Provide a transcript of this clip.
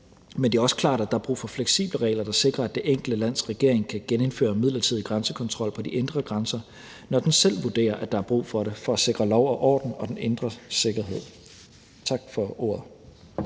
men det er også klart, at der er brug for fleksible regler, der sikrer, at det enkelte lands regering kan genindføre midlertidig grænsekontrol ved de indre grænser, når den selv vurderer, at der er brug for det for at sikre lov og orden og den indre sikkerhed. Tak for ordet.